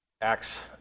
Acts